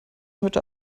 heute